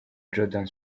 jordin